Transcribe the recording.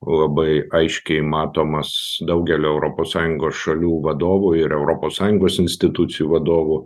labai aiškiai matomas daugelio europos sąjungos šalių vadovų ir europos sąjungos institucijų vadovų